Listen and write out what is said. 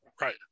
Right